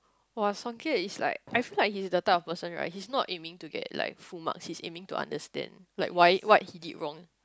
[wah] Songket is like I feel like he is the type of person right he's not aiming to get like full mark he's aiming to understand like why what he did wrong